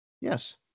Yes